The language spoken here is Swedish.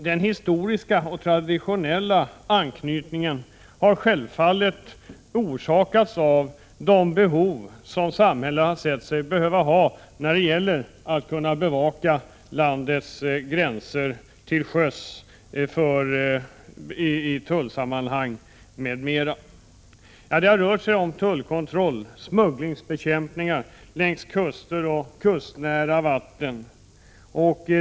Den historiska och traditionella anknytningen har självfallet sin grund i de behov som samhället ansett sig ha när det gällt att kunna bevaka landets gränser till sjöss i tullsammanhang m.m. Det har rört sig om tullkontroll och smugglingsbekämpning längs kuster och i kustnära vatten.